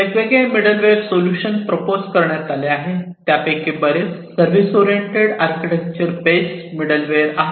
वेगवेगळे middleware solution propose करण्यात आले आहेत आणि त्यापैकी बरेच service oriented architecture base middleware आहेत